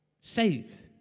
Saved